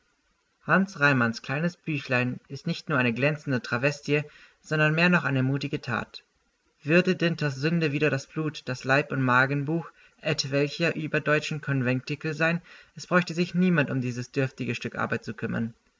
hans reimanns kleines büchlein ist nicht nur eine glänzende travestie sondern mehr noch eine mutige tat würde dinters sünde wider das blut das leib und magenbuch etwelcher überdeutscher konventikel sein es brauchte sich niemand um dieses dürftige stück arbeit zu kümmern